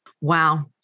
Wow